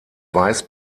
weiß